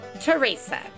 Teresa